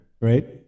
right